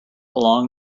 along